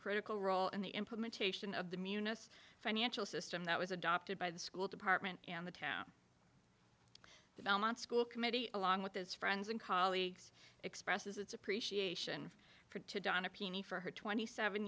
critical role in the implementation of the munis financial system that was adopted by the school department in the town the belmont school committee along with his friends and colleagues expresses its appreciation for to donna peony for her twenty seven